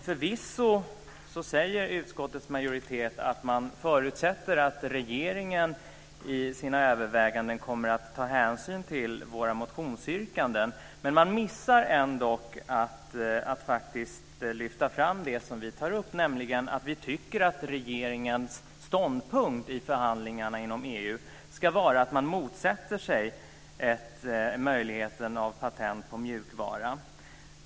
Förvisso säger utskottets majoritet att man förutsätter att regeringen i sina överväganden kommer att ta hänsyn till våra motionsyrkanden, men man missar ändock att faktiskt lyfta fram det som vi tar upp. Vi tycker nämligen att regeringens ståndpunkt i förhandlingarna inom EU ska vara att man motsätter sig möjligheten till patent på mjukvara.